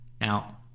Now